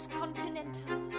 continental